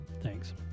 thanks